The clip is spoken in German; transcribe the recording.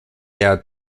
der